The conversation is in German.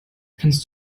kannst